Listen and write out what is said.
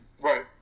Right